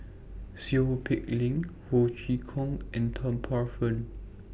Seow Peck Leng Ho Chee Kong and Tan Paey Fern